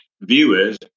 viewers